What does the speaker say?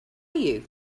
you